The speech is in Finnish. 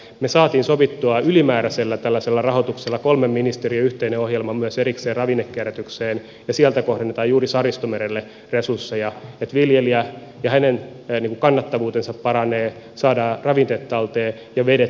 me saimme sovittua ylimääräisellä rahoituksella kolmen ministeriön yhteisen ohjelman myös erikseen ravinnekierrätykseen ja sieltä kohdennetaan juuri saaristomerelle resursseja että viljelijän kannattavuus paranee saadaan ravinteet talteen ja vedet kiittävät